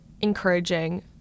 encouraging